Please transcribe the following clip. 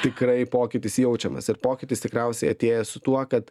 tikrai pokytis jaučiamas ir pokytis tikriausiai atėjęs su tuo kad